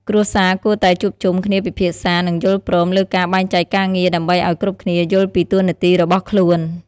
គ្រួសារគួរតែជួបជុំគ្នាពិភាក្សា និងយល់ព្រមលើការបែងចែកការងារ ដើម្បីឲ្យគ្រប់គ្នាយល់ពីតួនាទីរបស់ខ្លួន។